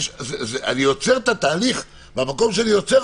אני עוצר את התהליך במקום שאני עוצר